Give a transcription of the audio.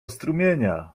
strumienia